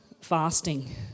fasting